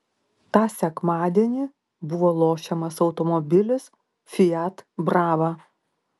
tą sekmadienį buvo lošiamas automobilis fiat brava